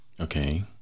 Okay